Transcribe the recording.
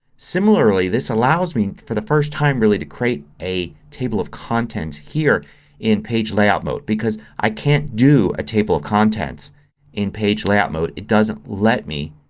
similarly this allows me, for the first time really, to create a table of contents here in page layout mode because i can't do a table of contents in page layout mode. it doesn't let me.